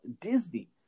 Disney